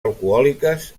alcohòliques